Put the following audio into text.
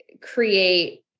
create